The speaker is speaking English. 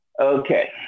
Okay